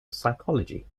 psychology